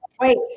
wait